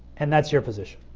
and that's your position.